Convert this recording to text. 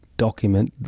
document